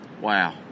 wow